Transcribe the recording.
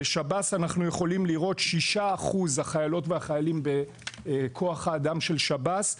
בשב"ס אנחנו יכולים לראות שהחיילות והחיילים בכוח האדם של שב"ס הם 6%,